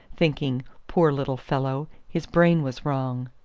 thinking, poor little fellow, his brain was wrong.